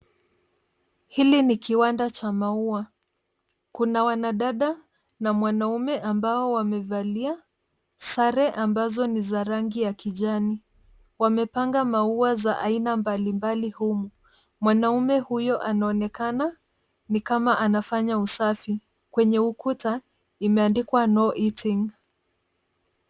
Hili ni kiwanda cha maua. Kuna wanadada na mwanaume ambao wamevalia sare ambazo ni za rangi ya kijani . Wamepanga maua za aina mbalimbali humu. Mwanaume huyo anaonekana ni kama anafanya usafi. Kwenye ukuta, imeandikwa no eating .